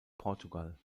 portugal